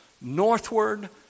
northward